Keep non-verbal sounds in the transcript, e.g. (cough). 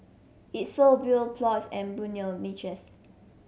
it sold (unintelligible) plots and burial niches